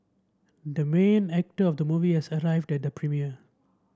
the main actor of the movie has arrived at the premiere